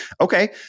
Okay